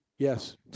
Yes